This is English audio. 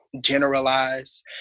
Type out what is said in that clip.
generalize